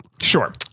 Sure